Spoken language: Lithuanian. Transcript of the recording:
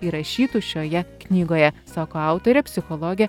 įrašytu šioje knygoje sako autorė psichologė